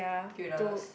three dollars